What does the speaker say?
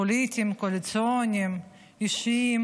הפוליטיים-קואליציוניים-אישיים